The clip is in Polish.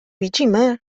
widzimy